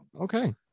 Okay